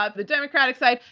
ah the democratic side.